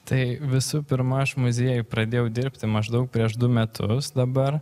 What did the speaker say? tai visų pirma aš muziejuj pradėjau dirbti maždaug prieš du metus dabar